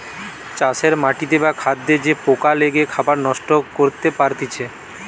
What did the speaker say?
চাষের মাটিতে বা খাদ্যে যে পোকা লেগে খাবার নষ্ট করতে পারতিছে